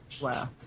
Wow